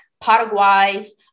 Paraguay's